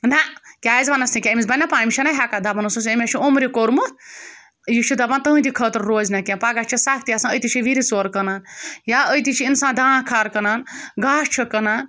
نہ کیٛازِ وَنس نہٕ کینٛہہ أمِس بنٛنہِ نہ پانہٕ أمِس چھَنہ ہٮ۪کَتھ دَپان اوسُس أمۍ ہا چھُ اُمرِ کوٚرمُت یہِ چھُ دَپان تُہٕنٛدِ خٲطرٕ روزِنہ کینٛہہ پَگاہ چھِ سَتھ تہِ آسان أتی چھِ وِرِ ژور کٕنان یا أتی چھِ اِنسان دان کھار کٕنان گاسہٕ چھُ کٕنان